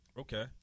Okay